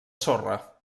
sorra